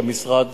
שהמשרד